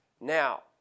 Now